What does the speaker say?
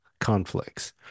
conflicts